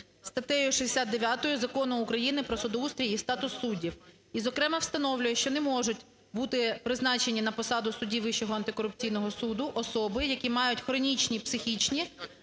статтею 69 Закону України "Про судоустрій і статус суддів" і, зокрема, встановлює, що не можуть бути призначені на посаду суддів Вищого антикорупційного суду особи, які мають хронічні психічні